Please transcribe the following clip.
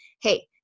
hey